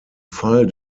fall